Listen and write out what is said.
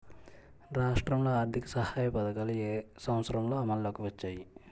రాష్ట్రంలో ఆర్థిక సహాయ పథకాలు ఏ సంవత్సరంలో అమల్లోకి వచ్చాయి?